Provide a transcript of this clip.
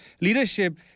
leadership